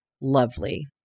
lovely